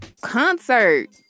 concert